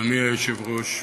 אדוני היושב-ראש,